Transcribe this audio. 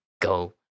go